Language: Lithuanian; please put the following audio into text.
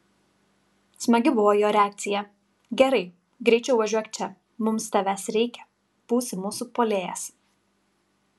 smagi buvo jo reakcija gerai greičiau važiuok čia mums tavęs reikia būsi mūsų puolėjas